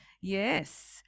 Yes